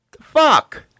Fuck